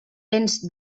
tens